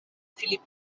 philipp